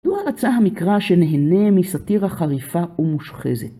לו רצה המקרא שנהנה מסטירה חריפה ומושחזת.